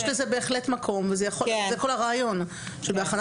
יש לזה בהחלט מקום וזה כל הרעיון שבהכנה